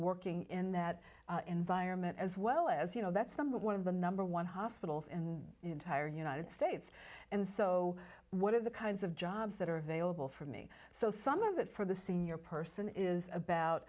working in that environment as well as you know that's number one of the number one hospitals in the entire united states and so what are the kinds of jobs that are available for me so some of it for the senior person is about